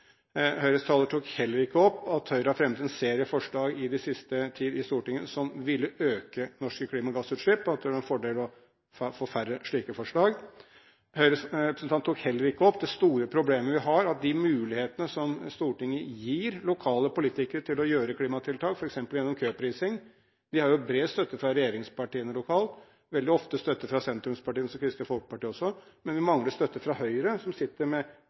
Høyres taler tok heller ikke opp at Høyre i den siste tiden har fremmet en serie forslag i Stortinget som ville øke norske klimagassutslipp, og at det ville være en fordel å få færre slike forslag. Høyres representant tok heller ikke opp det store problemet vi har, at når Stortinget gir lokale politikere mulighet til å gjøre klimatiltak, f.eks. gjennom køprising – det har bred støtte fra regjeringspartiene lokalt, og veldig ofte også støtte fra sentrumspartiene og Kristelig Folkeparti – mangler man støtte fra Høyre, som sitter med